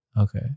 Okay